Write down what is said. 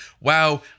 wow